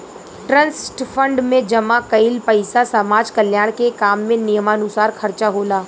trust fund में जमा कईल पइसा समाज कल्याण के काम में नियमानुसार खर्चा होला